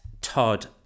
Todd